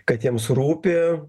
kad jiems rūpi